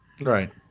Right